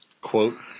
quote